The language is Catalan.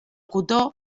cotó